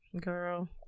girl